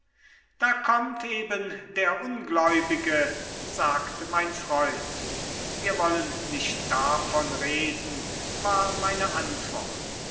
da kommt eben der ungläubige sagte mein freund wir wollen nicht davon reden war meine antwort